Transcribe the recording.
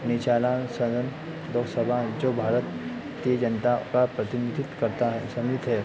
निचला सदन लोकसभा जो भारत की जनता का प्रतिनिधित्व करता है संघित है